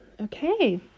Okay